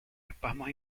espasmos